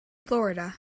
florida